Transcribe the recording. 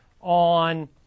on